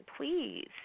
please